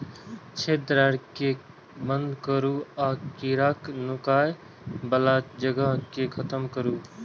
छेद, दरार कें बंद करू आ कीड़ाक नुकाय बला जगह कें खत्म करू